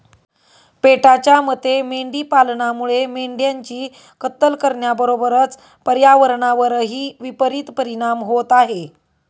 पेटाच्या मते मेंढी पालनामुळे मेंढ्यांची कत्तल करण्याबरोबरच पर्यावरणावरही विपरित परिणाम होत आहे